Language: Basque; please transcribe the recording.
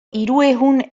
hirurehun